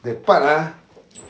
that part ah